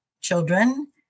children